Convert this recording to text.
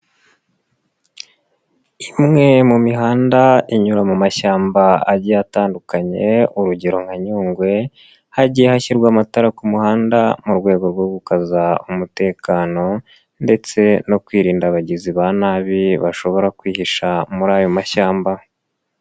Imwe mu mihanda inyura mu mashyamba agiye atandukanye urugero nka Nyungwe, hagiye hashyirwa amatara ku muhanda mu rwego rwo gukaza umutekano ndetse no kwirinda abagizi ba nabi bashobora kwihisha muri ayo mashyamba.